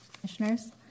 commissioners